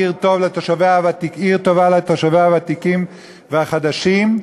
עיר טובה לתושביה הוותיקים והחדשים.